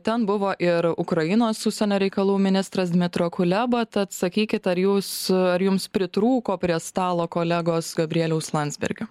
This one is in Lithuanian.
ten buvo ir ukrainos užsienio reikalų ministras dmetro kuleba tad sakykit ar jūs ar jums pritrūko prie stalo kolegos gabrieliaus landsbergio